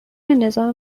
نظام